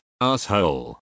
asshole